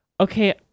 okay